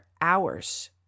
hours